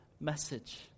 message